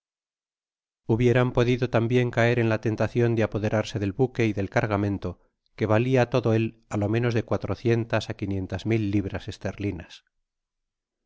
hubieran podido tambien caer en la tentacion de apoderarse del buque y del cargamento que valia todo él á lo menos de cuatrocientas á quinientas mil libras esterlinas